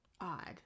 odd